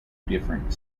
different